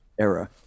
era